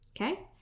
okay